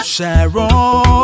Sharon